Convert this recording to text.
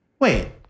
Wait